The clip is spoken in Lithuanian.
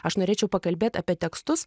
aš norėčiau pakalbėt apie tekstus